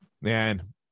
man